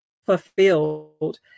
fulfilled